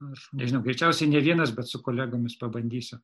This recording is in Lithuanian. aš nežinau greičiausiai ne vienas bet su kolegomis pabandysiu